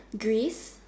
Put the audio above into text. Greece